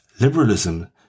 Liberalism